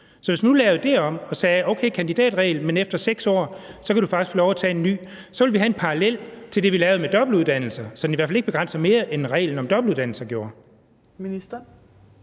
Så hvis vi nu lavede det om og sagde, at der er en kandidatregel, men efter 6 år kan man faktisk få lov at tage en ny uddannelse, så ville vi have en parallel til det, vi lavede med dobbeltuddannelser, så den i hvert fald ikke begrænser mere, end reglen om dobbeltuddannelse gjorde. Kl.